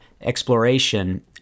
exploration